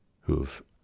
who've